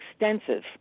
extensive